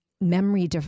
memory